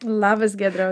labas giedriau